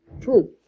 true